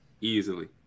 easily